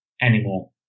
anymore